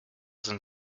sind